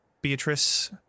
Beatrice